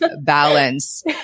balance